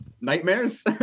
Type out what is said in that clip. nightmares